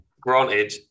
granted